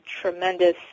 tremendous